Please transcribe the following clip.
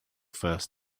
first